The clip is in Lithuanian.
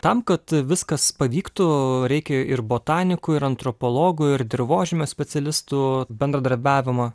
tam kad viskas pavyktų reikia ir botanikų ir antropologų ir dirvožemio specialistų bendradarbiavimo